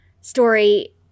story